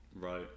Right